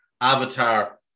avatar